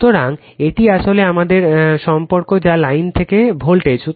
সুতরাং এটি আসলে আমাদের সম্পর্ক যা লাইন থেকে ভোল্টেজ